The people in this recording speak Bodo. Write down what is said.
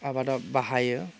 आबादाव बाहायो